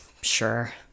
Sure